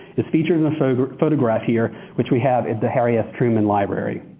is featured in the so the photograph here which we have in the harry s. truman library.